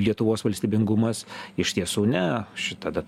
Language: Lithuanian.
lietuvos valstybingumas iš tiesų ne šita data